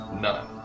none